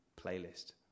playlist